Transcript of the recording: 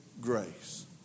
grace